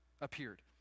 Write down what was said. appeared